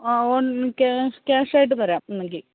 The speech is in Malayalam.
ഓ ക്യാ ക്യാഷായിട്ട് തരാം വേണമെങ്കിൽ